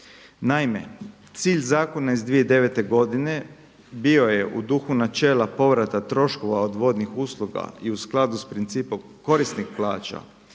Naime, cilj zakona iz 2009. godine bio je u duhu načela povrata troškova od vodnih usluga i u skladu s principom korisnik plaća